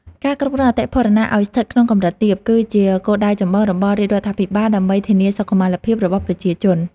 ការគ្រប់គ្រងអតិផរណាឱ្យស្ថិតក្នុងកម្រិតទាប គឺជាគោលដៅចម្បងរបស់រាជរដ្ឋាភិបាល ដើម្បីធានាសុខុមាលភាពរបស់ប្រជាជន។